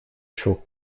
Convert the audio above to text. chauds